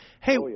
hey